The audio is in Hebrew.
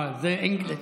זה אינגליש.